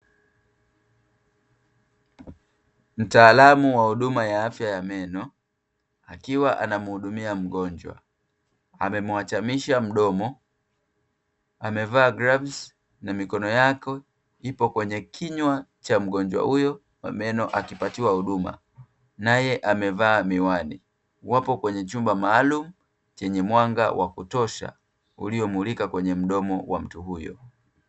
Mtaalamu wa huduma ya afya ya meno akiwa anamuhudumia mgonjwa, amemuachamisha mdomo, amevaa glavu na mikono yake ipo kwenye kinywa cha mgonjwa huyo wa meno akipatiwa huduma, naye amevaa miwani. Wapo kwenye chumba maalumu chenye mwanga wa kutosha uliomulika kwenye mdomo wa mtu huyo.